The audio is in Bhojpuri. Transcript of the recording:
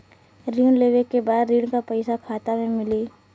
ऋण लेवे के बाद ऋण का पैसा खाता में मिली?